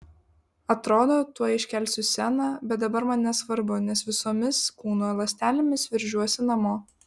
atrodo tuoj iškelsiu sceną bet dabar man nesvarbu nes visomis kūno ląstelėmis veržiuosi namo